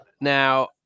Now